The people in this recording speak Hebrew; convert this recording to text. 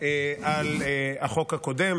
על החוק הקודם.